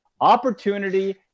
opportunity